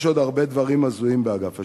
יש עוד הרבה דברים הזויים באגף השיקום.